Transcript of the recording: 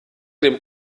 dem